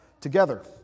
together